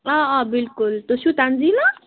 آ آ بِلکُل تُہۍ چھِو تَنٛزیٖلا